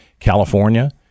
California